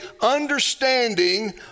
understanding